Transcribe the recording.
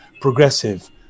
progressive